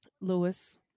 Lewis